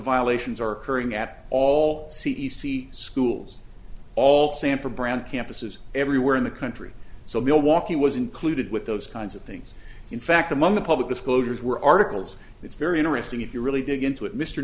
violations are occurring at all c d c schools all sanford brand campuses everywhere in the country so milwaukee was included with those kinds of things in fact among the public disclosures were articles it's very interesting if you really dig into it mr